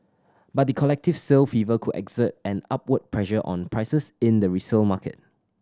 but the collective sale fever could exert an upward pressure on prices in the resale market